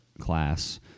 class